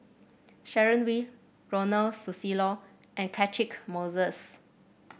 Sharon Wee Ronald Susilo and Catchick Moses